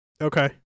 Okay